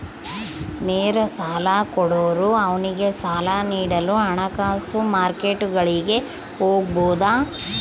ನೇರ ಸಾಲ ಕೊಡೋರು ಅವ್ನಿಗೆ ಸಾಲ ನೀಡಲು ಹಣಕಾಸು ಮಾರ್ಕೆಟ್ಗುಳಿಗೆ ಹೋಗಬೊದು